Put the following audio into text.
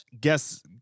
guess